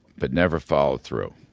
but never followed through.